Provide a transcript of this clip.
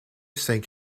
sank